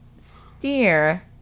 steer